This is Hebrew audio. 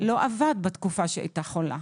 לא עבד בתקופה שהיא הייתה חולה.